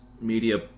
media